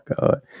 god